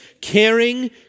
caring